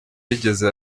rigeze